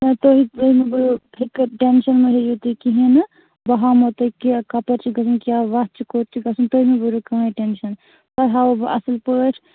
تۄہہِ وَنہٕ بہٕ فِکِر ٹیٚنٛشَن مہٕ ہیٚیِو تُہۍ کِہِیٖنٛۍ نہٕ بہٕ ہاوہَو تُہۍ کیٛاہ کَپٲرۍ چھُ گَژھُن کیٛاہ وَتھ چھِ کوٚت چھُ گَژھُن تُہۍ مہٕ بٔرِو کِہٕنٛۍ ٹیٚنٛشَن تۄہہِ ہاوو بہٕ اَصٕل پٲٹھۍ